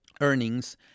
Earnings